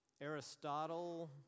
Aristotle